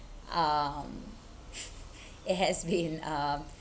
um it has been um